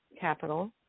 Capital